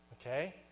okay